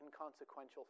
inconsequential